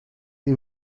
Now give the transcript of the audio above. die